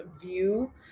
view